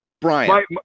Brian